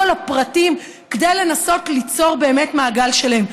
על הפרטים כדי לנסות ליצור באמת מעגל שלם.